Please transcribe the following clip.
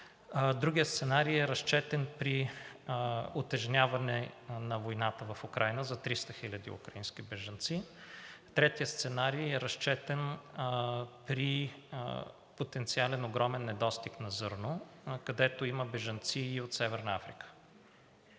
Другият сценарий е разчетен при утежняване на войната в Украйна за 300 хиляди украински бежанци. Третият сценарий е разчетен при потенциален огромен недостиг на зърно, където има бежанци и от Северна Африка,